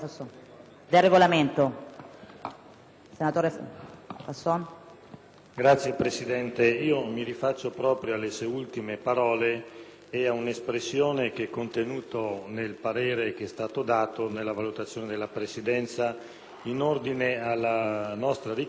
*(PD)*. Signora Presidente, mi rifaccio proprio alle sue ultime parole e ad un'espressione che è contenuta nel parere che è stato dato nella valutazione della Presidenza in ordine alla nostra richiesta di procedere con voto segreto.